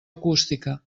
acústica